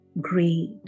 greed